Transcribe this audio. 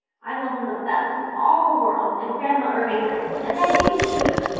i love him the best in all the world, and grandma irving next, and then you, teacher.